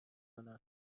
کنم